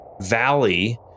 valley